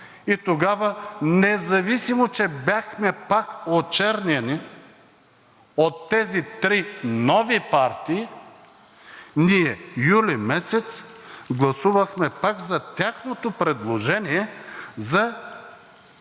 и тогава, независимо че бяхме пак очерняни от тези три нови партии, ние юли месец гласувахме пак за тяхното предложение за